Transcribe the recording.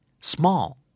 Small